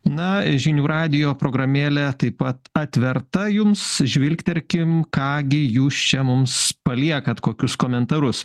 na žinių radijo programėlė taip pat atverta jums žvilgterkim ką gi jūs čia mums paliekat kokius komentarus